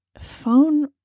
phone